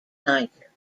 niger